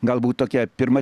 galbūt tokia pirma